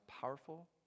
powerful